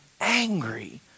angry